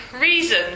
reason